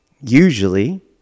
Usually